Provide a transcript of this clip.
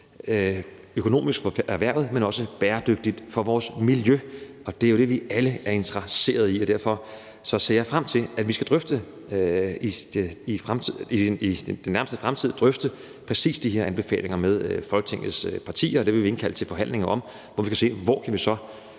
økonomisk for erhvervet, men også bæredygtigt for vores miljø. Det er jo det, vi alle er interesseret i. Derfor ser jeg frem til, at vi i den nærmeste fremtid skal drøfte præcis de her anbefalinger med Folketingets partier. Det vil vi indkalde til forhandlinger om, hvor vi kan se, hvor vi så